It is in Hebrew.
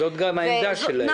זאת גם העמדה שלהם.